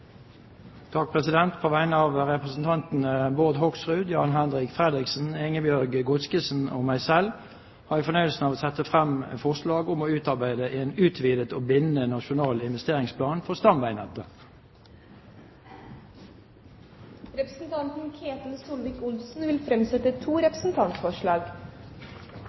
På vegne av representantene Bård Hoksrud, Jan-Henrik Fredriksen, Ingebjørg Godskesen og meg selv har jeg fornøyelsen av å sette frem forslag om en utvidet og bindende nasjonal investeringsplan for stamveinettet. Representanten Ketil Solvik-Olsen vil framsette to representantforslag.